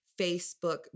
facebook